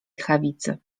tchawicy